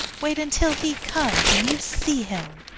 wait until he comes, and you see him!